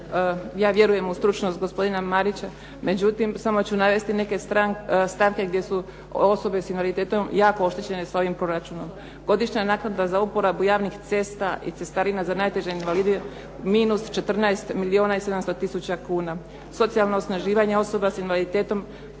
Ja vjerujem u stručnost gospodina Marića, međutim samo ću navesti neke stavke gdje su osobe s invaliditetom jako oštećene sa ovim proračunom. Godišnja naknada za uporabu javnih cesta i cestarina za najteže invalide minus 14 milijuna i 700 tisuća kuna, socijalno osnaživanje osoba s invaliditetom